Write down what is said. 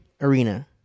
arena